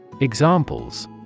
Examples